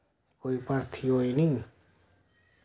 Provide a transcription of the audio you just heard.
कोई भर्थी होई निं